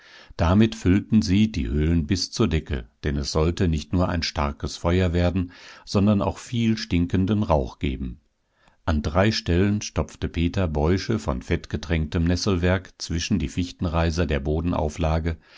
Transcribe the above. damit füllten sie die höhlen bis zur decke denn es sollte nicht nur ein starkes feuer werden sondern auch viel stinkenden rauch geben an drei stellen stopfte peter bäusche von fettgetränktem nesselwerg zwischen die fichtenreiser der